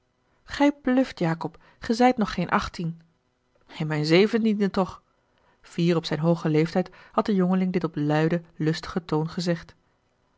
gij bluft jacob ge zijt nog geen achttien in mijn zeventiende toch fier op zijn hoogen leeftijd had de jongeling dit op luiden lustigen toon gezegd